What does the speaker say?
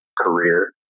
career